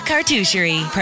Cartoucherie